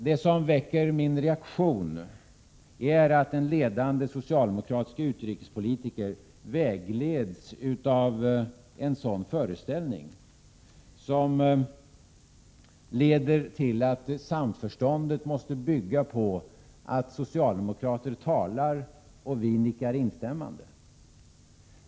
Det som väcker min reaktion är att en ledande socialdemokratisk utrikespolitiker vägleds av en sådan föreställning, som leder till att samförståndet måste bygga på att socialdemokrater talar och vi andra nickar instämmande.